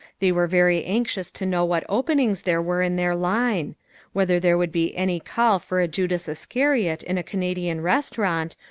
they were very anxious to know what openings there were in their line whether there would be any call for a judas iscariot in a canadian restaurant,